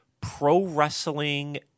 pro-wrestling